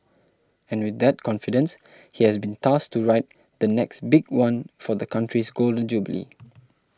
and with that confidence he has been tasked to write the 'next big one' for the country's Golden Jubilee